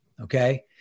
Okay